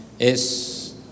es